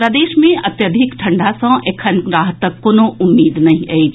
प्रदेश मे अत्यधिक ठंढ़ा सँ एखन राहतक कोनो उम्मीद नहि अछि